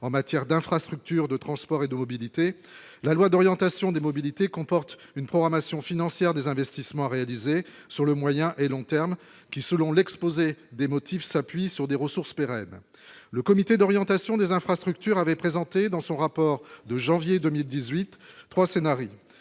en matière d'infrastructures de transports et de mobilité, la loi d'orientation des mobilités comporte une programmation financière des investissements réalisés sur le moyen et long terme, qui, selon l'exposé des motifs, s'appuie sur des ressources pérennes, le comité d'orientation des infrastructures avait présenté, dans son rapport de janvier 2018 3 scénarii